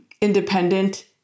independent